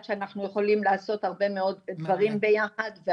שאנחנו יכולים לעשות הרבה מאוד דברים ביחד,